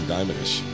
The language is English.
Diamond-ish